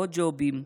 עוד ג'ובים.